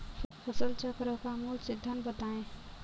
फसल चक्र का मूल सिद्धांत बताएँ?